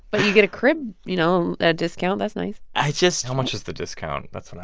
but you get a crib, you know, a discount. that's nice i just. how much is the discount? that's